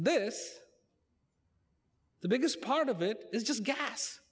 this the biggest part of it is just gas